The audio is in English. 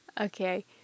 Okay